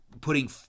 putting